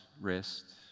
wrist